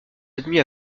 admis